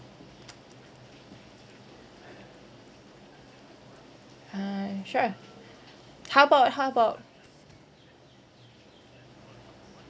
ah sure how about how about